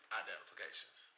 identifications